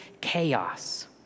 chaos